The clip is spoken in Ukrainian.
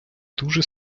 дуже